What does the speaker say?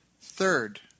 Third